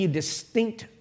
distinct